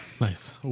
Nice